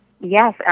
Yes